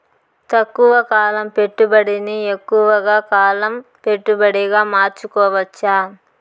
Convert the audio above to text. తక్కువ కాలం పెట్టుబడిని ఎక్కువగా కాలం పెట్టుబడిగా మార్చుకోవచ్చా?